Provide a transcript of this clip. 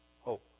hope